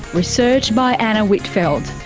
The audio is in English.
research by anna whitfeld,